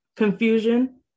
confusion